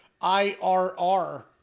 IRR